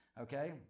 Okay